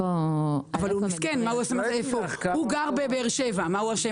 הוא גר בבאר שבע, מה הוא אשם?